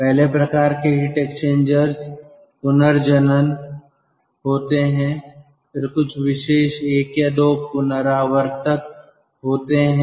पहले प्रकार के हीट एक्सचेंजर्स रीजनरेटरर्स होते हैं फिर कुछ विशेष 1 या 2 रीजनरेटरर्स होते हैं